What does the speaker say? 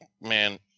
man